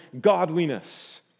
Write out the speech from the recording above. godliness